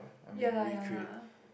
ya lah ya lah